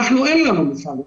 אין לנו משאבים.